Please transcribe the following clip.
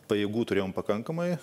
pajėgų turėjom pakankamai